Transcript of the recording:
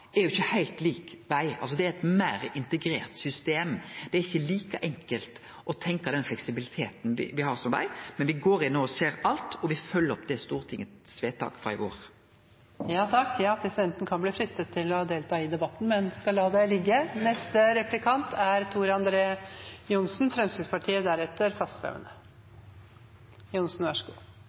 er jo ikkje heilt lik dei. Det er eit meir integrert system, det er ikkje like enkelt å tenkje den fleksibiliteten me har på veg, men me går inn no og ser alt, og me følgjer opp Stortingets vedtak frå i vår. Presidenten kan bli fristet til å delta i debatten, men skal la det ligge. Jeg er